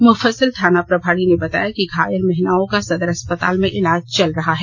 मुफस्सिल थाना प्रभारी ने बताया कि घायल महिलाओं का सदर अस्पताल में इलाज चल रहा है